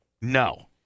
No